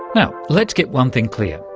now, let's get one thing clear.